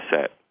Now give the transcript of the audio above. set